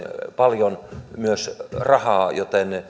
paljon rahaa joten